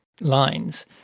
lines